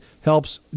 helps